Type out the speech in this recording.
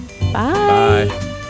Bye